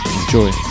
Enjoy